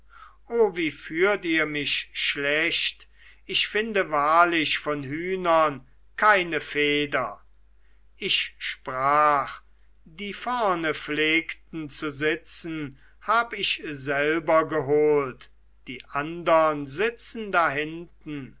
o wie führt ihr mich schlecht ich finde wahrlich von hühnern keine feder ich sprach die vorne pflegten zu sitzen hab ich selber geholt die andern sitzen dahinten